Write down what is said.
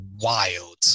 wild